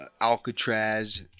Alcatraz